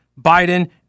Biden